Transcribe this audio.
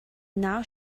now